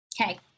Okay